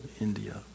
India